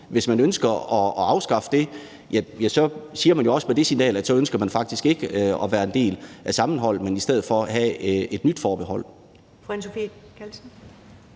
i det her samarbejde, så siger man jo også med det signal, at man faktisk ikke ønsker at være en del af sammenholdet, men i stedet for have et nyt forbehold.